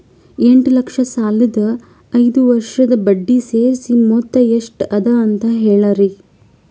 ಎಂಟ ಲಕ್ಷ ಸಾಲದ ಐದು ವರ್ಷದ ಬಡ್ಡಿ ಸೇರಿಸಿ ಮೊತ್ತ ಎಷ್ಟ ಅದ ಅಂತ ಹೇಳರಿ?